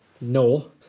No